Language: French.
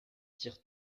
tire